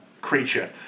creature